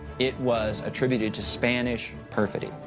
it was attributed to spanish perfidy.